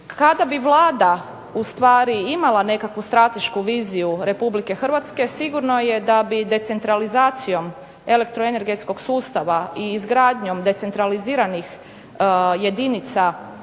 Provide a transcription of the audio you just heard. Vlada ustvari imala nekakvu stratešku viziju RH sigurno je da bi decentralizacijom elektroenergetskog sustava i izgradnjom decentraliziranih jedinica